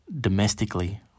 domestically